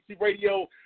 Radio